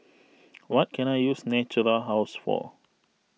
what can I use Natura House for